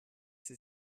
sie